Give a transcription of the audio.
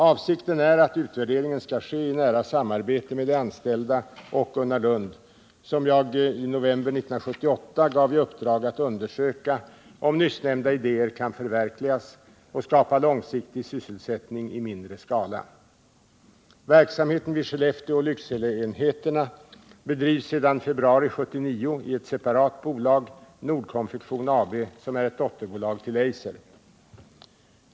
Avsikten är att utvärderingen skall ske i nära samarbete med de anställda och Gunnar Lund, som jag den 29 november 1978 gav i uppdrag att undersöka om nyssnämnda idéer kan förverkligas och skapa långsiktig sysselsättning i mindre skala. Verksamheten vid Skellefteåoch Lyckseleenheterna bedrivs sedan februari 1979 i ett separat bolag, Nord Konfektion AB, som är ett dotterbolag till Eiser.